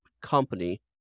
company